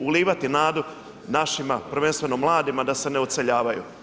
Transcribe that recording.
ulijevati nadu našima, prvenstveno mladima da se ne odseljavaju.